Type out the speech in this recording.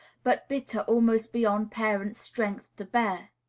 but bitter almost beyond parents' strength to bear.